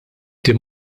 tim